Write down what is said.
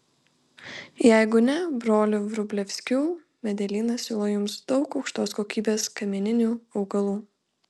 jeigu ne brolių vrublevskių medelynas siūlo jums daug aukštos kokybės kamieninių augalų